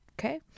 okay